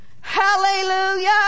Hallelujah